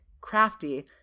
crafty